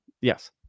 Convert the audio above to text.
yes